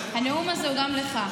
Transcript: הנאום הזה הוא גם לך.